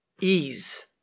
ease